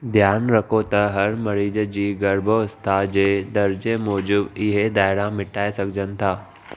ध्यानु रखो त हर मरीज़ जी गर्भावस्था जे दर्ज़े मूजिब इहे दाइरा मिटाए सघजनि था